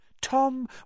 Tom